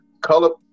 color